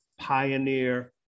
pioneer